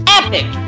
epic